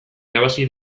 irabazi